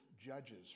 Judges